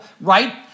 right